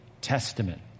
Testament